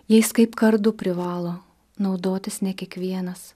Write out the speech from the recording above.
jais kaip kardu privalo naudotis ne kiekvienas